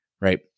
right